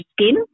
skin